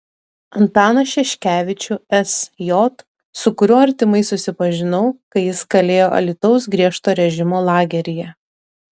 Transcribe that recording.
antaną šeškevičių sj su kuriuo artimai susipažinau kai jis kalėjo alytaus griežto režimo lageryje